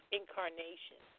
incarnation